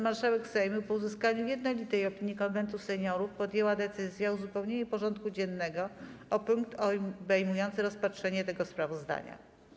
marszałek Sejmu, po uzyskaniu jednolitej opinii Konwentu Seniorów, podjęła decyzję o uzupełnieniu porządku dziennego o punkt obejmujący rozpatrzenie tego sprawozdania.